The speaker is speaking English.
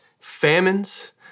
famines